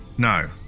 No